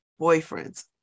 boyfriends